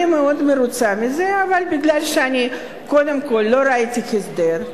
אני מאוד מרוצה מזה, אבל קודם כול, לא ראיתי הסדר,